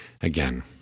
again